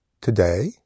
Today